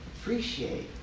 appreciate